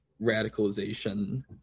radicalization